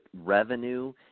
revenue